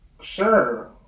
sure